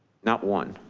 not one.